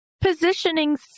positioning